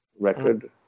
record